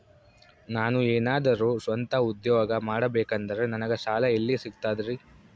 ನಾನು ಏನಾದರೂ ಸ್ವಂತ ಉದ್ಯೋಗ ಮಾಡಬೇಕಂದರೆ ನನಗ ಸಾಲ ಎಲ್ಲಿ ಸಿಗ್ತದರಿ?